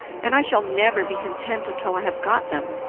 and i shall never be content until i have got them.